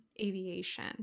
aviation